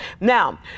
Now